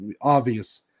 obvious